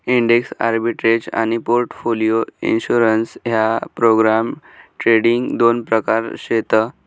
index arbitrage आनी portfolio insurance ह्या programme trading दोन प्रकार शेत